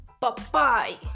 Bye-bye